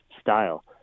style